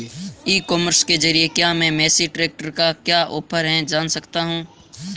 ई commerce के ज़रिए क्या मैं मेसी ट्रैक्टर का क्या ऑफर है जान सकता हूँ?